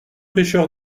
pêcheur